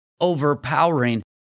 overpowering